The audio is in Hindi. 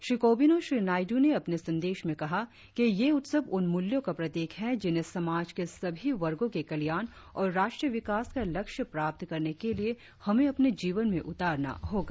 श्री कोविंद और श्री नायडू ने अपने संदेश में कहा कि यह उत्सव उन मुल्यों का प्रतीक है जिन्हें समाज के सभी वर्गों के कल्याण और राष्ट्रीय विकास का लक्ष्य प्राप्त करने के लिए हमें अपने जीवन में उतारना होगा